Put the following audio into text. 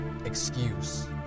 excuse